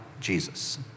Jesus